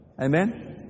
Amen